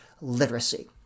literacy